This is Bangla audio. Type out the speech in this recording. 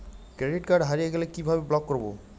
ক্রেডিট কার্ড হারিয়ে গেলে কি ভাবে ব্লক করবো?